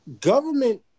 Government